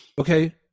Okay